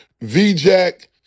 V-Jack